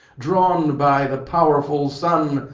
drawn by the pow'rful sun,